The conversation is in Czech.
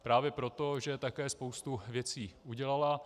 Právě proto, že také spoustu věcí udělala.